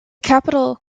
capital